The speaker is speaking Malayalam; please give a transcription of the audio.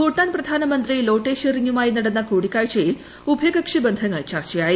ഭൂട്ടാൻ പ്രധാനമന്ത്രി ലോതേയ് ഷെറിംഗുമായി നടന്ന കൂടിക്കാഴ്ചയിൽ ഉഭയകക്ഷിബന്ധങ്ങൾ ചർച്ചയായി